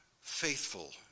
faithful